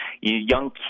young